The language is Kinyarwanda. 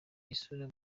isura